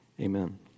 Amen